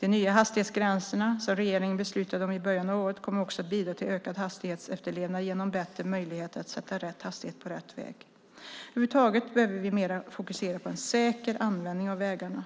De nya hastighetsgränserna som regeringen beslutade om i början av året kommer också att bidra till ökad hastighetsefterlevnad genom bättre möjligheter att sätta rätt hastighet på rätt väg. Över huvud taget behöver vi mer fokusera på en säker användning av vägarna.